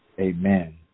amen